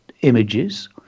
images